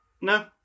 No